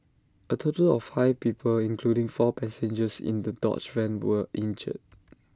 A total of five people including four passengers in the dodge van were injured